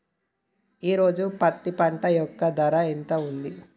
ఈ రోజు పత్తి పంట యొక్క ధర ఎంత ఉంది?